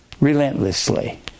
relentlessly